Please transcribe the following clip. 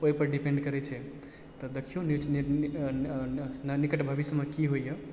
ओहिपर डिपेन्ड करै छै तऽ दखियौ निकट भविष्यमे की होइया